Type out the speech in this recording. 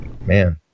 Man